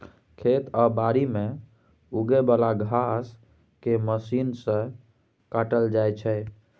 खेत आ बारी मे उगे बला घांस केँ मशीन सँ काटल जाइ छै